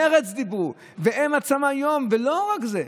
מרצ דיברו, והם עצמם היום, ולא רק זה,